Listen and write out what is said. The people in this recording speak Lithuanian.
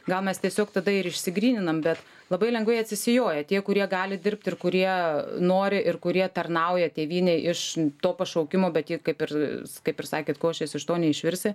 gal mes tiesiog tada ir išsigryninam bet labai lengvai atsisijoja tie kurie gali dirbt ir kurie nori ir kurie tarnauja tėvynei iš to pašaukimo bet jie kaip ir kaip ir sakėt košės iš to neišvirsi